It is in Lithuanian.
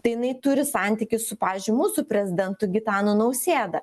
tai jinai turi santykius su pavyzdžiui mūsų prezidentu gitanu nausėda